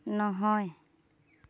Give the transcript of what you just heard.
নহয়